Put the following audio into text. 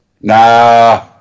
Nah